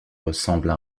ressemble